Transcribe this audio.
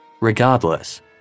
Regardless